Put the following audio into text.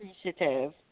appreciative